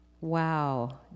Wow